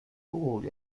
all